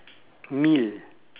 meal